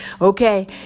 Okay